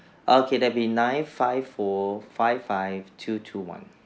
okay that'll be nine five four five five two two one